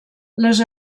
les